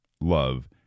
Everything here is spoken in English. love